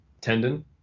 tendon